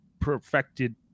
perfected